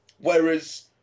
whereas